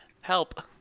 help